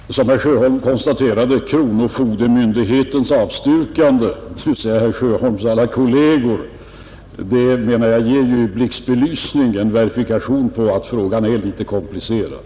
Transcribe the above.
Herr talman! Som herr Sjöholm konstaterade har kronofogdeföreningen — dvs. herr Sjöholms alla kolleger — avstyrkt. Det ger ju, menar jag, i blixtbelysning en verifikation till att frågan är något komplicerad.